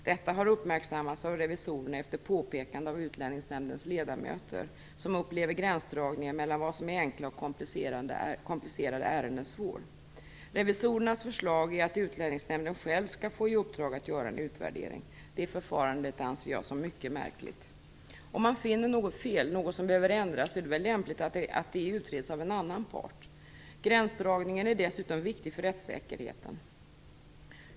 Detta har uppmärksammats av revisorerna efter påpekande av Utlänningsnämndens ledamöter, som upplever gränsdragningen mellan vad som är enkla och komplicerade ärenden svår. Revisorernas förslag är att Utlänningsnämnden själv skall få i uppdrag att göra en utvärdering. Det förfarandet anser jag som mycket märkligt. Om man finner något fel, något som behöver ändras, så är det väl lämpligt att det utreds av annan part. Gränsdragningen är dessutom viktig för rättssäkerheten.